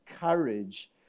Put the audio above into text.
courage